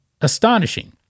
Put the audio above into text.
astonishing